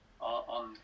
on